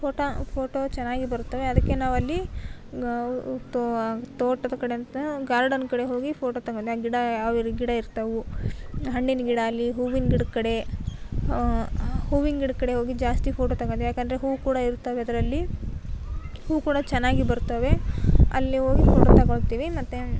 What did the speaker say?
photo photo ಚೆನ್ನಾಗಿ ಬರುತ್ತದೆ ಅದಕ್ಕೆ ನಾವಲ್ಲಿ ನಾವು ತೋಟದ ಕಡೆ ಅಂದರೆ ಗಾರ್ಡನ್ ಕಡೆ ಹೋಗಿ ಫೋಟೋ ತಗೊಳ್ತೀವಿ ಆ ಗಿಡ ಯಾವ್ದಾದ್ರೂ ಗಿಡ ಇರ್ತವೆ ಹಣ್ಣಿನ ಗಿಡ ಅಲ್ಲಿ ಹೂವಿನ ಗಿಡದ ಕಡೆ ಹೂವಿನ ಗಿಡದ ಕಡೆ ಹೋಗಿ ಜಾಸ್ತಿ ಫೋಟೋ ತಗೊಳ್ತೀವಿ ಯಾಕೆಂದರೆ ಹೂವು ಕೂಡ ಇರುತ್ತವೆ ಅದರಲ್ಲಿ ಹೂವು ಕೂಡ ಚೆನ್ನಾಗಿ ಬರುತ್ತವೆ ಅಲ್ಲಿ ಹೋಗಿ ಫೋಟೋ ತಗೊಳ್ತೀವಿ ಮತ್ತು